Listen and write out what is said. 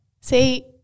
See